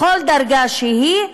בכל דרגה שהיא,